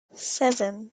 seven